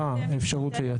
באפשרות לייצא.